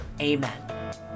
Amen